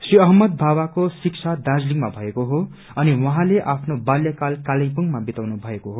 श्री अहमद बावाको शिक्षा दार्जीलिङमा भएको हो अनि उहाँले आफ्नो बाल्यकाल कालेवुङमा विताउनु भएको हो